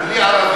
ובלי ערבים.